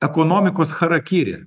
ekonomikos charakiri